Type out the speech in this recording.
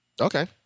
Okay